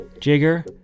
Jigger